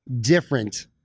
different